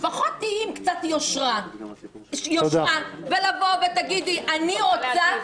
לפחות תהיה עם קצת יושרה ותבואי ותגידי: אני רוצה,